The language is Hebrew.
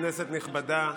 כנסת נכבדה,